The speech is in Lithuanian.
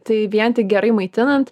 tai vien tik gerai maitinant